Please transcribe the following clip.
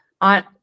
on